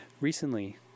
recently